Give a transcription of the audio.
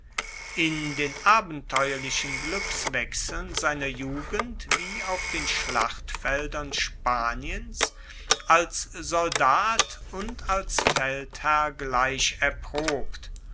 in den abenteuerlichen glueckswechseln seiner jugend wie auf den schlachtfeldern spaniens als soldat und als feldherr gleich erprobt